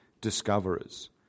discoverers